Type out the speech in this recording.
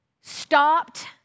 stopped